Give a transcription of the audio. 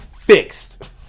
fixed